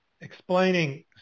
explaining